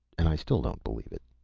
and i still don't believe it.